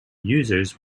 users